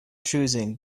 choosing